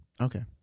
Okay